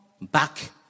back